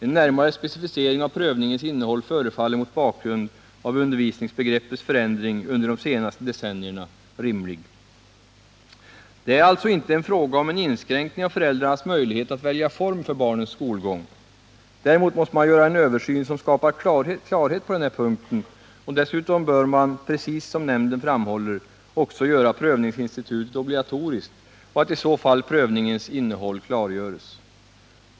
En närmare specificering av prövningens innehåll förefaller mot bakgrund av undervisningsbegreppets förändring under de senaste decennierna rimlig. Det är alltså inte fråga om en inskränkning av föräldrarnas möjlighet att välja form för barnens skolgång. Däremot måste man göra en översyn som skapar klarhet på den här punkten och dessutom bör man, precis som nämnden framhåller, också göra prövningsinstitutet obligatoriskt och i så fall klargöra prövningens innehåll.